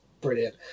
brilliant